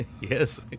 Yes